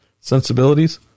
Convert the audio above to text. sensibilities